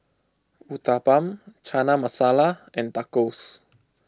Uthapam Chana Masala and Tacos